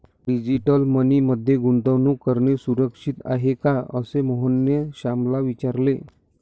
digital money मध्ये गुंतवणूक करणे सुरक्षित आहे का, असे मोहनने श्यामला विचारले